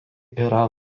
yra